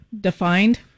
defined